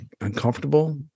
uncomfortable